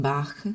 Bach